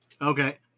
Okay